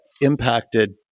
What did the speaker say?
Impacted